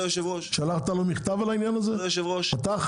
שלחתם לו מכתב על הנושא הזה?